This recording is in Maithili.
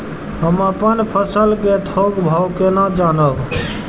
हम अपन फसल कै थौक भाव केना जानब?